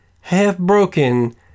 half-broken